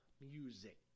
Music